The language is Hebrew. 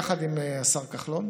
הקצבה, ביחד עם השר כחלון,